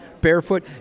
Barefoot